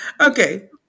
Okay